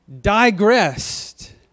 digressed